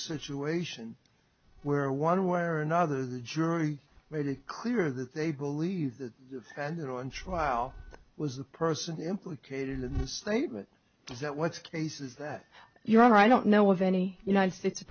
situation where one way or another the jury made it clear that they believe the defendant on trial was the person implicated in the statement does that what's cases that you are i don't know of any united states